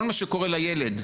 כל מה שקורה לילד,